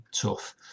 tough